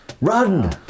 Run